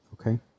okay